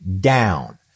down